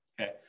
Okay